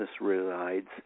resides